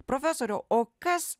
profesoriau o kas